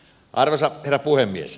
arvoisa herra puhemies